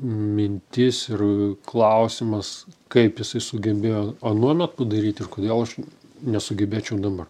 mintis ir klausimas kaip jisai sugebėjo anuomet padaryti ir kodėl aš nesugebėčiau dabar